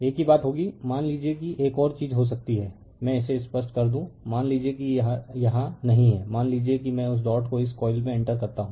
एक ही बात होगी मान लीजिए कि एक और चीज हो सकती है मैं इसे स्पष्ट कर दूं मान लीजिए कि यह यहां नहीं है मान लीजिए कि मैं उस डॉट को इस कॉइल में इंटर करता हूं